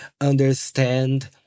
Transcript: understand